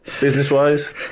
Business-wise